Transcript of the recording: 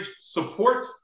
support